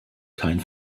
kein